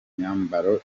myambaro